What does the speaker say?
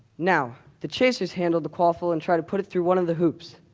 now, the chasers handle the quaffle and try to put it through one of the hoops.